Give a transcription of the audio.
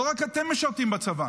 לא רק אתם משרתים בצבא.